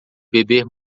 beber